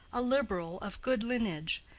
a liberal of good lineage,